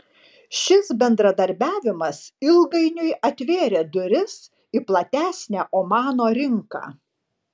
šis bendradarbiavimas ilgainiui atvėrė duris į platesnę omano rinką